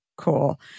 Cool